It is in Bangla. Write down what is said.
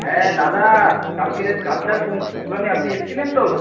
হ্যাঁ দাদা কালকের ওই কালচারাল পোং প্রোগ্রামে আপনি এসেছিলেন তো